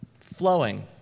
Flowing